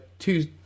Two